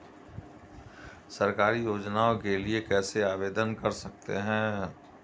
सरकारी योजनाओं के लिए कैसे आवेदन कर सकते हैं?